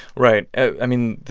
right. i mean,